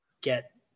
get